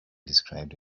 described